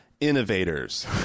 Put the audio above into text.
innovators